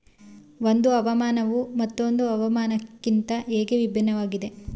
ಒಂದು ಹವಾಮಾನವು ಮತ್ತೊಂದು ಹವಾಮಾನಕಿಂತ ಹೇಗೆ ಭಿನ್ನವಾಗಿದೆ?